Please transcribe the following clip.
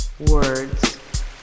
words